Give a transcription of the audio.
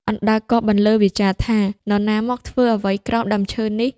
អណ្ដើកក៏បន្លឺវាចាថា ៖ នរណាមកធ្វើអ្វីក្រោមដើមឈើនេះ?